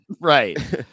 right